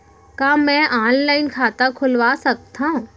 का मैं ऑनलाइन खाता खोलवा सकथव?